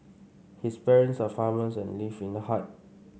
his parents are farmers and live in a hut